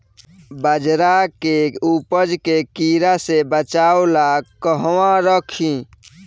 बाजरा के उपज के कीड़ा से बचाव ला कहवा रखीं?